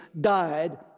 died